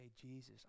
Jesus